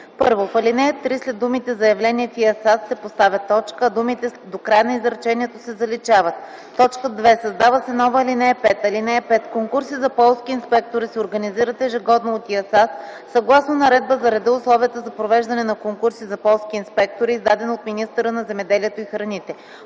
1. В ал. 3 след думите „заявление в ИАСАС” се поставя точка, а думите до края на изречението се заличават. 2. Създава се нова ал. 5: „(5) Конкурси за полски инспектори се организират ежегодно от ИАСАС, съгласно наредба за реда и условията за провеждане на конкурси за полски инспектори, издадена от министъра на земеделието и храните.